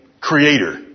Creator